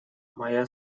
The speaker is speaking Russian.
моя